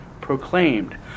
proclaimed